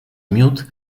miód